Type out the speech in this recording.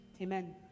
Amen